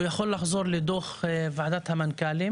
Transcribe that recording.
הוא יכול לחזור לדוח ועדת המנכ"לים